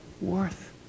worth